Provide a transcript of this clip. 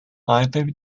either